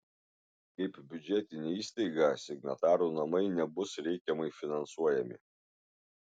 kaip biudžetinė įstaiga signatarų namai nebus reikiamai finansuojami